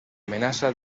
amenaça